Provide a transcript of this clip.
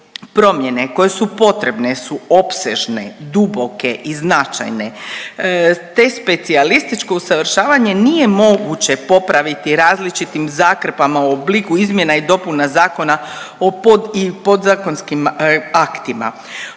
Promjene koje su potrebne su opsežne, duboke i značajne, te specijalističko usavršavanje nije moguće popraviti različitim zakrpama u obliku izmjena i dopuna zakona i podzakonskim aktima.